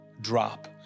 drop